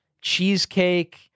cheesecake